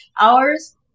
hours